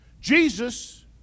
jesus